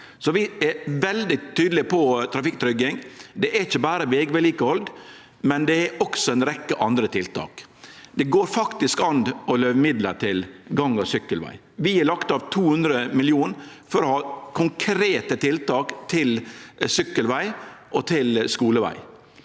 Vi er veldig tydelege på trafikktrygging. Det er ikkje berre vegvedlikehald, det er også ei rekkje andre tiltak. Det går faktisk an å løyve midlar til gang- og sykkelveg. Vi har lagt av 200 mill. kr for å ha konkrete tiltak til sykkelveg og til skuleveg.